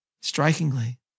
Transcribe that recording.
Strikingly